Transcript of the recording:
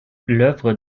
l’œuvre